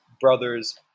brother's